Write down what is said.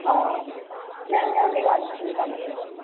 हा न न हुन ॻाल्हि जी चिंता न कयो तव्हां